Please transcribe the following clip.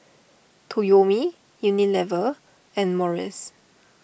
Toyomi Unilever and Morries